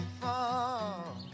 fall